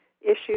issues